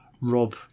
rob